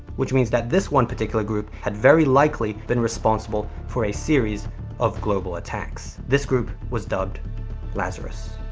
which means that, this one particular group had very likely been responsible for a series of global attacks. this group was dubbed lazarus.